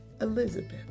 Elizabeth